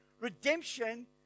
redemption